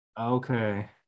Okay